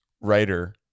writer